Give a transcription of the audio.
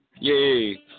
yay